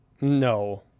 No